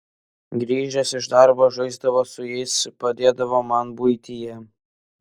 grįžęs iš darbo žaisdavo su jais padėdavo man buityje